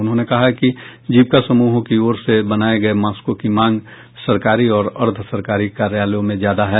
उन्होंने कहा कि जीविका समूहों की ओर से बनाये गये मास्कों की मांग सरकारी और अर्द्ध सरकारी कार्यालयों में ज्यादा है